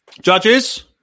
Judges